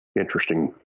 Interesting